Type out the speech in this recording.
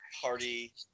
party